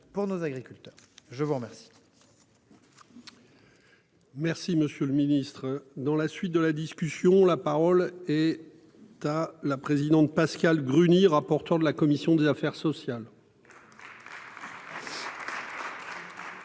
pour nos agriculteurs je vois. Merci, monsieur le Ministre, dans la suite de la discussion la parole et tu as la présidente Pascale Gruny, rapporteur de la commission des affaires sociales. Monsieur